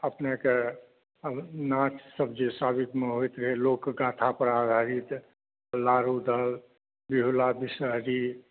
अपनेकेन नाँच सभ जे सदिखन होयत रहय लोकगाथा पर आधारित अल्लाह रुदल बिहुला विषहरी